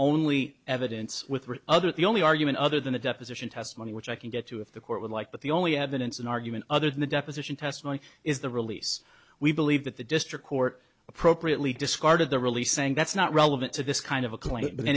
only evidence with three other the only argument other than a deposition testimony which i can get to if the court would like but the only evidence an argument other than the deposition testimony is the release we believe that the district court appropriately discarded the release saying that's not relevant to this kind of a